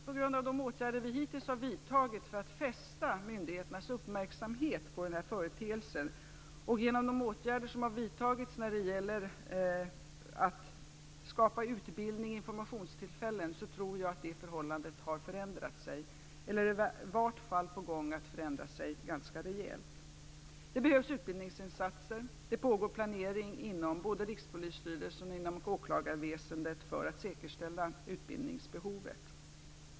På grund av de åtgärder som vi hittills har vidtagit för att fästa myndigheternas uppmärksamhet på den här företeelsen och genom de åtgärder som har vidtagits när det gäller att skapa utbildning och informationstillfällen, tror jag att det förhållandet är på väg att förändras ganska rejält. Det behövs utbildningsinsatser. Det pågår planering inom både Rikspolisstyrelsen och åklagarväsendet för att säkerställa utbildningsbehovet.